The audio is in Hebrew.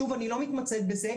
שוב אני לא מתמצאת בזה,